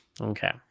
okay